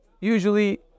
Usually